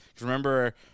Remember